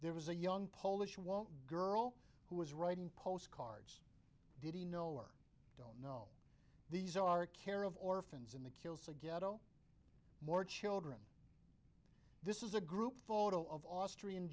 there was a young polish well girl who was writing postcard did he know or don't know these are care of orphans in the hills to get more children this is a group photo of austrian